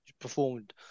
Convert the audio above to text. performed